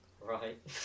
Right